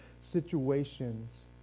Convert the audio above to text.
situations